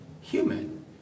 human